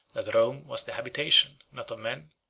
that rome was the habitation, not of men,